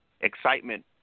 excitement